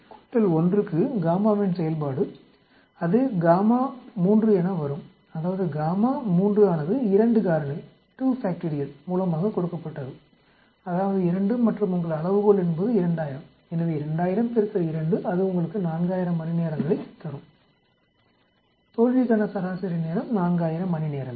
5 1க்கு ன் செயல்பாடு அது என வரும் மற்றும் ஆனது 2 காரணி மூலமாக கொடுக்கப்பட்டது அதாவது 2 மற்றும் உங்கள் அளவுகோள் என்பது 2000 எனவே 2000 2 அது உங்களுக்கு 4000 மணிநேரங்களைத்தரும் தோல்விக்கான சராசரி நேரம் 4000 மணிநேரங்கள்